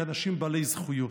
כאנשים בעלי זכויות,